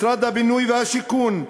משרד הבינוי והשיכון,